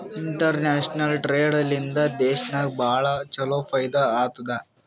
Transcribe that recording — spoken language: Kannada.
ಇಂಟರ್ನ್ಯಾಷನಲ್ ಟ್ರೇಡ್ ಲಿಂದಾ ದೇಶನಾಗ್ ಭಾಳ ಛಲೋ ಫೈದಾ ಆತ್ತುದ್